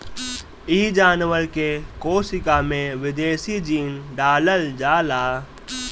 इ जानवर के कोशिका में विदेशी जीन डालल जाला